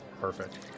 Perfect